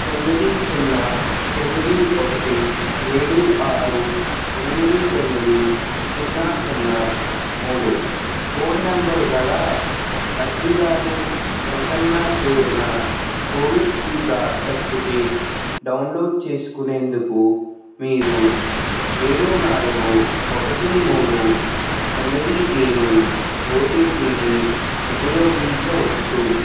తొమ్మిది సున్నా తొమ్మిది ఒకటి ఏడు ఆరు ఎనిమిది తొమ్మిది సున్నా సున్నా మూడు ఫోన్ నెంబరు గల లబ్దిదారుని ప్రసన్న పేరున కోవిడ్ టీకా సర్టిఫికేట్ డౌన్లోడ్ చేసుకునేందుకు మీరు ఏడు నాలుగు ఒకటి మూడు తొమ్మిది ఏడు ఓటీపీని ఉపయోగించవచ్చు